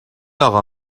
اقا